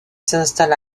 s’installe